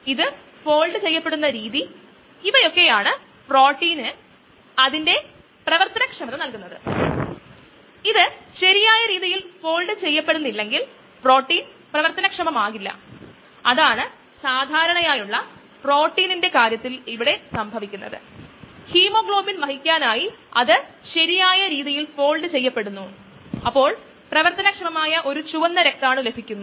നിരക്കുകളുടെയും മറ്റും കണക്കിലെടുക്കുമ്പോൾ വീണ്ടും ചില വശങ്ങളുണ്ട് പക്ഷേ ഒരു ആശയത്തിന്റെ അടിസ്ഥാനത്തിൽ നമുക്ക് നിശ്ചലമായ കോശങ്ങൾഅല്ലെങ്കിൽ അസ്ഥിര എൻസൈമുകൾ എന്ന് പറയാം വ്യാവസായിക പ്രക്രിയകളിൽ ഈ അസ്ഥിരീകരണ കോശങ്ങൾ വളരെ അധികം പഠിക്കപ്പെടുന്നു ഉപയോഗിക്കുകയും ചെയ്യുന്നു